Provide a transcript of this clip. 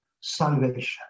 salvation